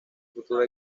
futuro